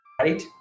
Right